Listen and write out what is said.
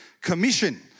Commission